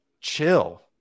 chill